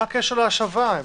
מה הקשר להשבה?